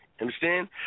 Understand